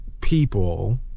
people